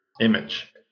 image